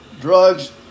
drugs